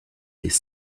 des